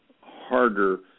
harder